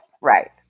right